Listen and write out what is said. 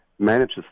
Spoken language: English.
manages